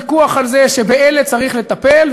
ויכוח על זה שבאלה צריך לטפל,